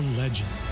legend